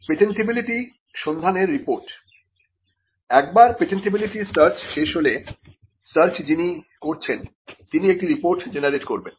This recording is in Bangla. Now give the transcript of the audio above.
পেটেন্টিবিলিটি সন্ধানের রিপোর্ট একবার পেটেন্টিবিলিটি সার্চ শেষ হলে সার্চ যিনি করছেন তিনি একটি রিপোর্ট জেনারেট করবেন